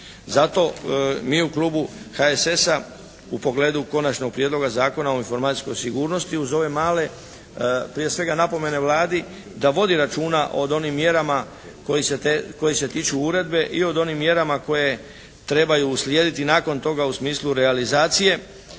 Zato mi u Klubu HSS-a u pogledu Konačnog prijedloga zakona o informacijskoj sigurnosti uz ove male prije svega napomene Vladi da vodi računa o onim mjerama koji se tiču uredbe i o onim mjerama koje trebaju uslijediti nakon toga u smislu realizacije,